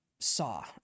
Saw